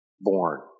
born